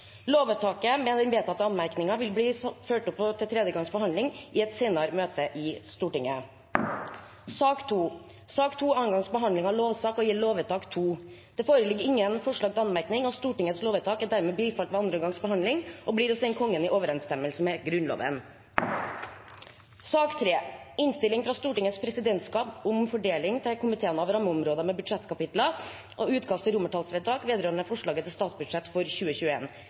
Lovvedtaket, med den vedtatte anmerkningen, vil bli ført opp til tredje gangs behandling i et senere møte i Stortinget. Sak nr. 2 er andre gangs behandling av lovsak og gjelder lovvedtak 2. Det foreligger ingen forslag til anmerkning. Stortingets lovvedtak er dermed bifalt ved andre gangs behandling og blir å sende Kongen i overensstemmelse med Grunnloven.